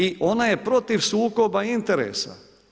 I ona je protiv sukoba interesa.